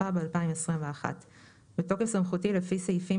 התשפ"ב-2021 בתוקף סמכותי לפי סעיפים